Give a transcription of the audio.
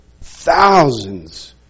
Thousands